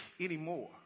anymore